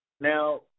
Now